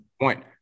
point